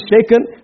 shaken